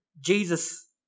Jesus